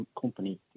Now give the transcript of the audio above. company